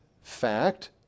fact